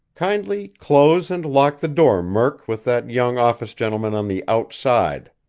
kindly close and lock the door, murk, with that young office gentleman on the outside!